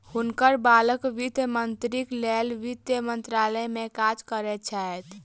हुनकर बालक वित्त मंत्रीक लेल वित्त मंत्रालय में काज करैत छैथ